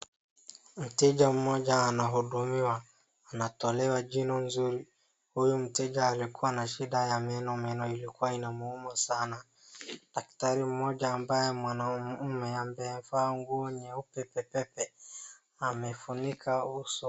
Mteja mmoja anahudumiwa anatolewa jino mzuri huyu mteja alikuwa na shida ya meno meno ilikuwa inamuuma sana .Dakatari mmoja ambaye mwanaume amevaa nguo nyeupe pepepe amefunika uso.